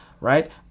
Right